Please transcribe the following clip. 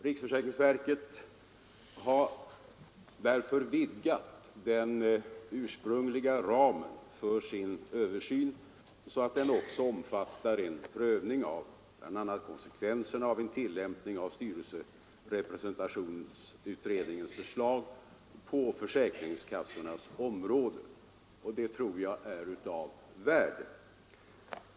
Riksförsäkringsverket har därför vidgat den ursprungliga ramen för sin översyn så att den också omfattar en prövning av bl a. konsekvenserna av en tillämpning av styrelserepresentationsutredningens förslag på försäkringskassornas område, och det tror jag är av värde.